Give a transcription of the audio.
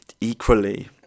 equally